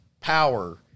power